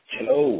Hello